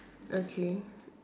okay